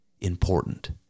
important